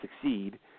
succeed